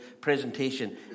presentation